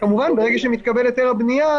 כמובן ברגע שמתקבל היתר הבנייה,